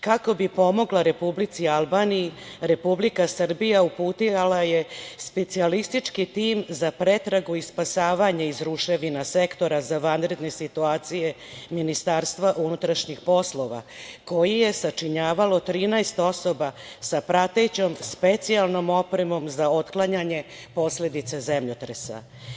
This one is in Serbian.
Kako bi pomogla Republici Albaniji, Republika Srbija uputila je specijalistički tim za pretragu i spasavanje iz ruševina Sektora za vanredne situacije Ministarstva unutrašnjih poslova koji je sačinjavalo 13 osoba sa pratećom specijalnom opremom za otklanjanje posledica zemljotresa.